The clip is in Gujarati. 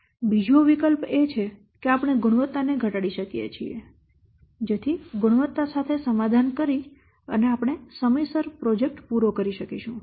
બીજો વિકલ્પ એ છે કે આપણે ગુણવત્તા ને ઘટાડી શકીએ જેથી ગુણવત્તા સાથે સમાધાન કરીને આપણે સમયસર પ્રોજેક્ટ પૂરો કરી શકીશું